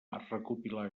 recopilar